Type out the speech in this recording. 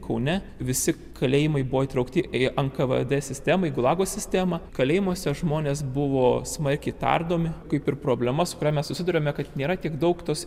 tiek kaune visi kalėjimai buvo įtraukti į nkvd sistemą į gulago sistemą kalėjimuose žmonės buvo smarkiai tardomi kaip ir problema su kuria mes susiduriame kad nėra tiek daug tos